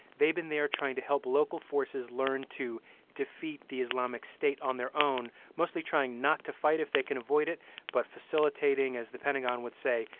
they've been there trying to help local forces learn to defeat the islamic state on their own, mostly trying not to fight if they can avoid it but facilitating, as the pentagon would say,